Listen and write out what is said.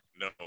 No